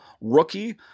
rookie